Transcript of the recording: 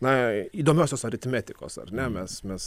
na įdomiosios aritmetikos ar ne mes mes